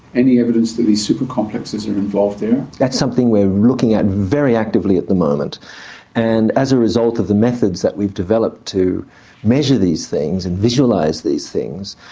any evidence that these super complexes are involved there? that's something we're looking at very actively at the moment and as a result of the methods that we've developed to measure these things and visualise these things,